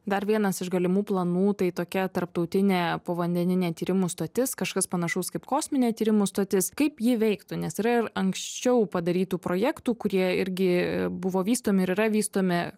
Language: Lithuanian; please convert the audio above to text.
dar vienas iš galimų planų tai tokia tarptautinė povandeninė tyrimų stotis kažkas panašaus kaip kosminė tyrimų stotis kaip ji veiktų nes yra ir anksčiau padarytų projektų kurie irgi buvo vystomi ir yra vystomi